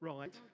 Right